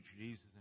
Jesus